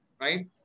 right